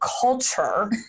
culture